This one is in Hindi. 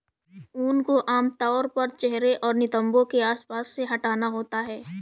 ऊन को आमतौर पर चेहरे और नितंबों के आसपास से हटाना होता है